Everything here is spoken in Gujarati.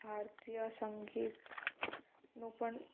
ભારતીય સંગીતનું પણ